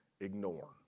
ignore